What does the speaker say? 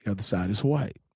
other side is white.